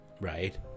right